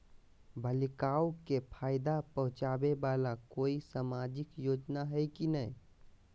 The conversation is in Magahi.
बालिकाओं के फ़ायदा पहुँचाबे वाला कोई सामाजिक योजना हइ की नय?